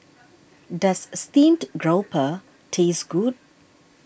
does Steamed Grouper taste good